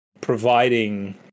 Providing